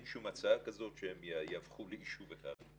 שום הצעה כזאת שהם יהפכו ליישוב אחד.